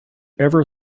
ever